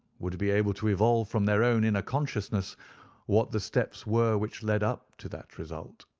would be able to evolve from their own inner consciousness what the steps were which led up to that result.